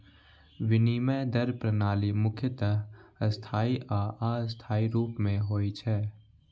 विनिमय दर प्रणाली मुख्यतः स्थायी आ अस्थायी रूप मे होइ छै